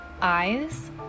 eyes